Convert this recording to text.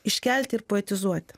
iškelti ir poetizuoti